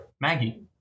Maggie